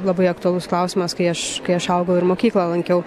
labai aktualus klausimas kai aš kai aš augau ir mokyklą lankiau